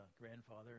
grandfather